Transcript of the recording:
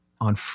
on